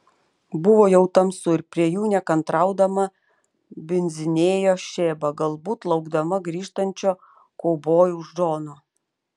buvo jau tamsu ir prie jų nekantraudama bindzinėjo šeba galbūt laukdama grįžtančio kaubojaus džono